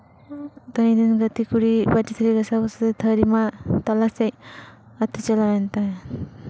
ᱤᱧ ᱨᱮᱱ ᱜᱟᱛᱮ ᱠᱩᱲᱤ ᱵᱟᱹᱴᱤ ᱛᱷᱟᱹᱨᱤ ᱜᱟᱥᱟᱣᱼᱜᱟᱥᱟᱣ ᱛᱮ ᱛᱷᱟᱹᱨᱤ ᱢᱟ ᱛᱟᱞᱟ ᱥᱮᱫ ᱟᱹᱛᱩ ᱪᱟᱞᱟᱣᱮᱱ ᱛᱟᱭ